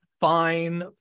fine